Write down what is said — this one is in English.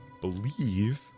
believe